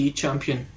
champion